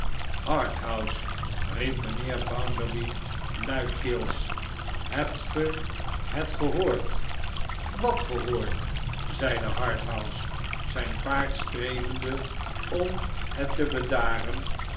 harthouse riep mijnheer bounderby luidkeels hebt gij het gehoord wat gehoord zeide harthouse zijn paard streelende om het te bedaren